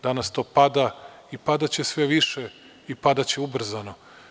Danas to pada i padaće sve više i padaće ubrzano.